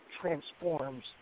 transforms